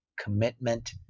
commitment